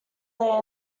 their